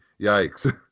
Yikes